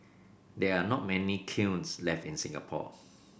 there are not many kilns left in Singapore